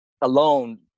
alone